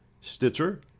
Stitcher